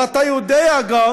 אבל אתה יודע גם,